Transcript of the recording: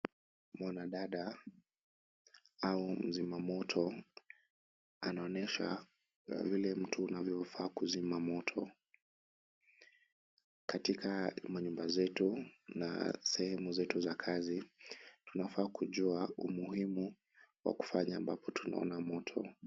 Mwanadada au mzimamoto anaonesha jinsi vile mtu anafaa kuzima moto. Katika manyumba zetu na sehemu zetu za kazi tunafaa kujua umuhimu wa kufanya ambapo tunaona moto.